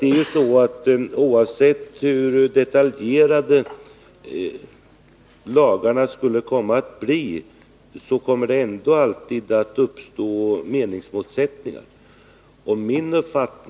Oavsett hur detaljerade lagar skulle kunna bli, skulle det ändå alltid uppstå meningsmotsättningar.